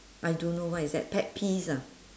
I don't know what is that pet peeves ah